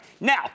Now